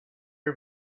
her